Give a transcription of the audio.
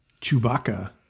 Chewbacca